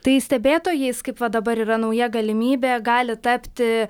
tai stebėtojais kaip va dabar yra nauja galimybė gali tapti